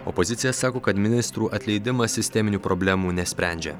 opozicija sako kad ministrų atleidimas sisteminių problemų nesprendžia